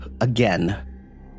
again